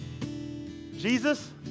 Jesus